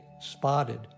spotted